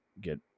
get